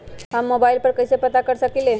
हम मोबाइल पर कईसे पता कर सकींले?